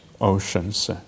oceans